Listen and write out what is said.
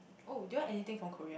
oh do you want anything from Korea